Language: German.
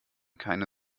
keine